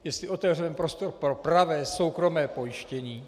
Jestli otevřeme prostor pro pravé soukromé pojištění.